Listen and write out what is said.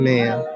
Man